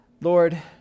Lord